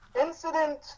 incident